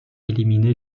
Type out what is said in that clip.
éliminé